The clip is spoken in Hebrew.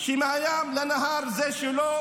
שמהים לנהר זה שלו,